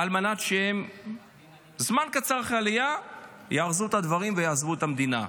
כדי שזמן קצר אחרי העלייה הם יארזו את הדברים ויעזבו את המדינה.